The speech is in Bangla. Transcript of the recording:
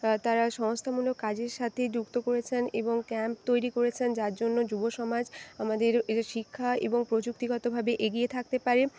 তারা সংস্থামূলক কাজের সাথে যুক্ত করেছেন এবং ক্যাম্প তৈরি করেছেন যার জন্য যুবসমাজ আমাদের শিক্ষা এবং প্রযুক্তিগতভাবে এগিয়ে থাকতে পারে